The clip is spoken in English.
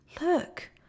look